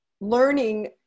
learning